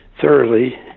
thoroughly